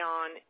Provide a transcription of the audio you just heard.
on